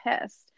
pissed